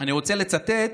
אני רוצה לצטט,